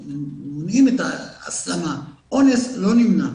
אנחנו מונעים את ההסלמה, אונס לא נמנע,